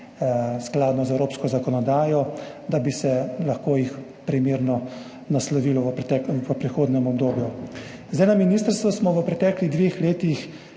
skladno z evropsko zakonodajo lahko primerno naslovilo v prihodnjem obdobju. Na ministrstvu smo v preteklih dveh letih